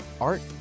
Art